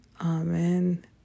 Amen